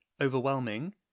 overwhelming